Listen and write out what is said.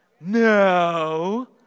no